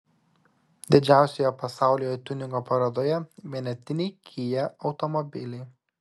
didžiausioje pasaulyje tiuningo parodoje vienetiniai kia automobiliai